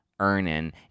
Earning